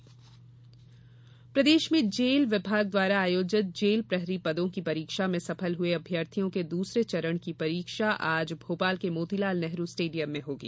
jail प्रहरी प्रदेश में जेल विभाग द्वारा आयोजित जेल प्रहरी पदों की परीक्षा में सफल हये अभ्यर्थियों की दूसरे चरण की परीक्षा आज भोपाल के मोतीलाल नेहरू स्टेडियम में होगी